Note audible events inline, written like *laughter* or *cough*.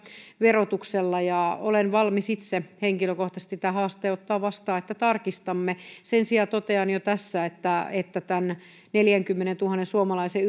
verotuksella ja olen valmis itse henkilökohtaisesti tämän haasteen ottamaan vastaan että tarkistamme sen sijaan totean jo tässä että että tämän neljänkymmenentuhannen suomalaisen *unintelligible*